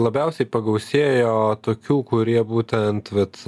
labiausiai pagausėjo tokių kurie būtent vat